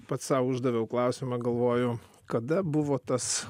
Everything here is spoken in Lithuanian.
pats sau uždaviau klausimą galvoju kada buvo tas